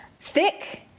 Thick